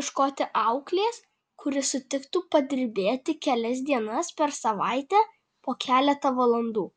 ieškoti auklės kuri sutiktų padirbėti kelias dienas per savaitę po keletą valandų